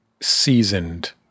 seasoned